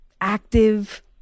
active